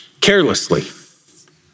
carelessly